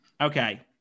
Okay